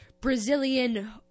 Brazilian